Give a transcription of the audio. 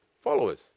followers